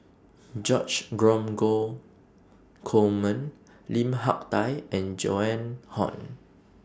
George Dromgold Coleman Lim Hak Tai and Joan Hon